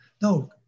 No